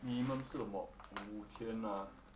minimum 是什么五千 ah